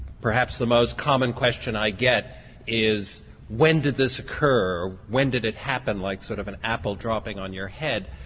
perhaps the most common question i get is when did this occur, or when did it happen like sort of an apple dropping on your head.